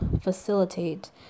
facilitate